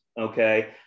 okay